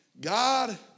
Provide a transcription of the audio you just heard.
God